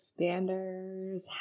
expanders